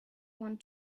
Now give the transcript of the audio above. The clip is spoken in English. want